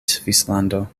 svislando